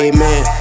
Amen